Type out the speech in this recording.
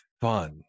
fun